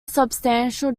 substantial